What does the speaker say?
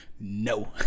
no